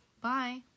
Bye